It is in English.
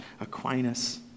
Aquinas